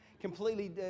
completely